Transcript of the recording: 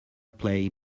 play